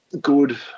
good